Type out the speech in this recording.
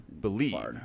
Believe